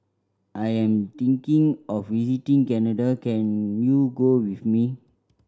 I am thinking of visiting Canada can you go with me